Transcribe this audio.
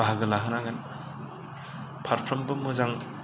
बाहागो लाहैनांगोन फारफ्रोमबो मोजां